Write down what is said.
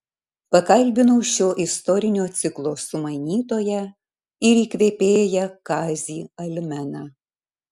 pakalbinau šio istorinio ciklo sumanytoją ir įkvėpėją kazį almeną